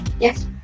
Yes